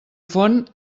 font